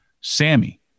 Sammy